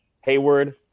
hayward